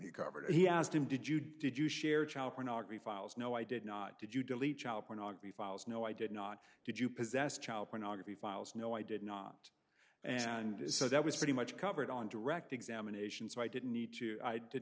covered he asked him did you did you share child pornography files no i did not did you delete child pornography files no i did not did you possess child pornography files no i did not and is so that was pretty much covered on direct examination so i didn't need to i did